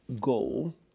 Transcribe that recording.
goal